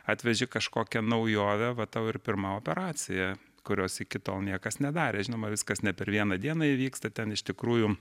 atveži kažkokią naujovę va tau ir pirma operacija kurios iki tol niekas nedarė žinoma viskas ne per vieną dieną įvyksta ten iš tikrųjų